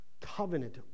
covenant